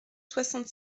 soixante